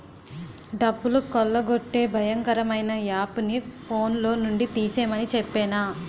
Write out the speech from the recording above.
డబ్బులు కొల్లగొట్టే భయంకరమైన యాపుని ఫోన్లో నుండి తీసిమని చెప్పేనా